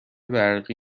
برقی